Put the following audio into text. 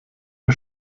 der